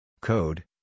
Code